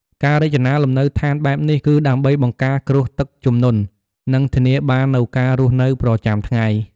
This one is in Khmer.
ការរចនាលំនៅឋានបែបនេះគឺដើម្បីបង្ការគ្រោះទឹកជំនន់ និងធានាបាននូវការរស់នៅប្រចាំថ្ងៃ។